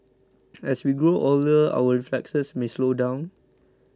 as we grow older our reflexes may slow down